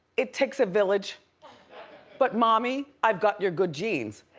it takes a village but mommy, i've got your good genes.